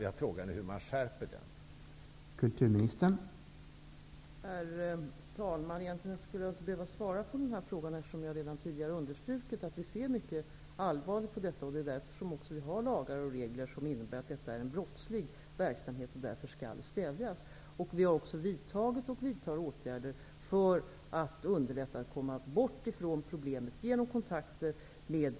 Jag frågar nu: Hur skärper man den?